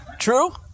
True